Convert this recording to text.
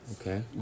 Okay